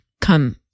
come